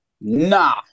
Nah